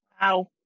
Wow